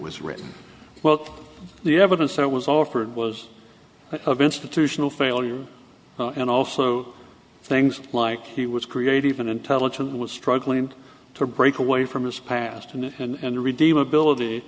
was written well the evidence that was offered was of institutional failure and also things like he was creative and intelligent was struggling to break away from his past and redeemabilit